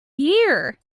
year